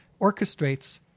orchestrates